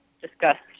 discussed